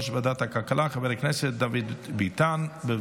חברי הכנסת, נעבור לסעיף הבא על